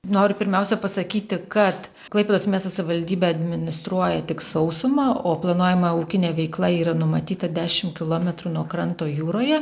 noriu pirmiausia pasakyti kad klaipėdos miesto savivaldybė administruoja tik sausumą o planuojama ūkinė veikla yra numatyta dešim kilometrų nuo kranto jūroje